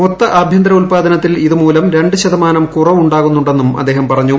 മൊത്ത ആഭ്യന്തര ഉത്പാദനത്തിൽ ഇതു മൂലം രണ്ടു ശതമാനം കുറവുണ്ടാകുന്നുണ്ടെന്നും അദ്ദേഹം പറഞ്ഞു